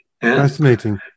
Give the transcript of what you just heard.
fascinating